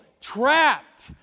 trapped